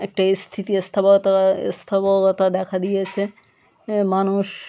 একটা স্থিতি স্থাবকতা দেখা দিয়েছে মানুষ